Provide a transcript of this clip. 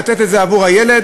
לתת את זה עבור הילד,